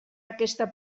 aquesta